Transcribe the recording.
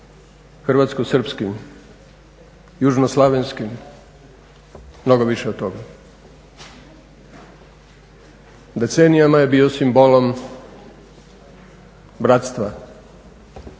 hrvatsko-srpskim, južnoslavenskim, mnogo više od toga. Decenijama je bio simbolom bratstva,